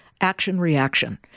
action-reaction